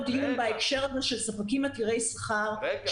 דיון בהקשר הזה של ספקים עתירי שכר -- רגע.